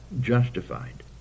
justified